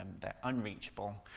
um they're unreachable,